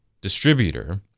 distributor